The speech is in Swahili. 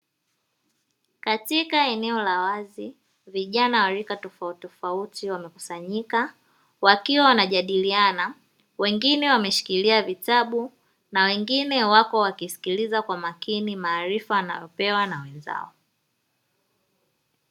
Katika eneo la wazi vijana wa rika tofautitofauti wamekusanyika wakiwa wanajadiliana wengine wameshikilia vitabu na wengine wako wakisikiliza kwa makini maarifa wanayopewa na wenzao.